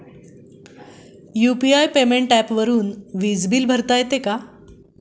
UPI पेमेंटच्या ऍपवरुन वीज बिल भरता येते का?